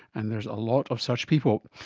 and there is a lot of such people.